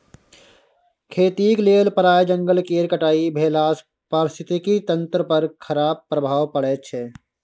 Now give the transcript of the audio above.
खेतीक लेल प्राय जंगल केर कटाई भेलासँ पारिस्थितिकी तंत्र पर खराप प्रभाव पड़ैत छै